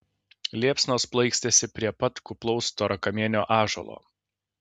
liepsnos plaikstėsi prie pat kuplaus storakamienio ąžuolo